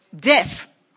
death